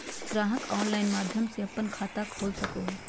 ग्राहक ऑनलाइन माध्यम से अपन खाता खोल सको हइ